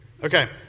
Okay